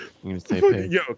Yo